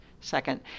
second